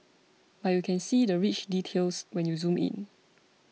but you can see the rich details when you zoom in